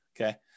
okay